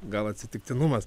gal atsitiktinumas